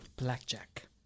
blackjack